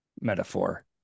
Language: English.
metaphor